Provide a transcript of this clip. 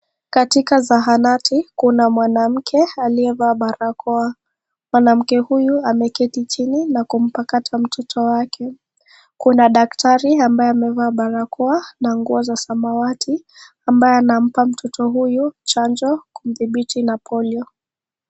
Katika sahanati kuna mwanamke aliyevaa barakoa , mwanamke huyu ameketi chini na kumpakagmta mtoto wake, kuna daktari ambaye ambebaa barakoa na nguo za samawati ambayo anampa mtoto huyu Chanjo kumtibiishu na polio .